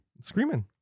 Screaming